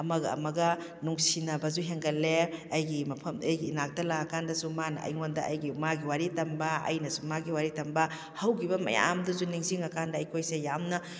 ꯑꯃꯒ ꯑꯃꯒ ꯅꯨꯡꯁꯤꯅꯕꯁꯨ ꯍꯦꯟꯒꯠꯂꯦ ꯑꯩꯒꯤ ꯃꯐꯝ ꯑꯩꯒꯤ ꯏꯅꯥꯛꯇ ꯂꯥꯛꯑ ꯀꯥꯟꯗꯁꯨ ꯃꯥꯅ ꯑꯩꯉꯣꯟꯗ ꯑꯩꯒꯤ ꯃꯥꯒꯤ ꯋꯥꯔꯤ ꯇꯝꯕ ꯑꯩꯅꯁꯨ ꯃꯥꯒꯤ ꯋꯥꯔꯤ ꯇꯝꯕ ꯍꯧꯈꯤꯕ ꯃꯌꯥꯝꯗꯨꯁꯨ ꯅꯤꯡꯁꯤꯡꯉ ꯀꯥꯟꯗ ꯑꯩꯈꯣꯏꯁꯦ ꯌꯥꯝꯅ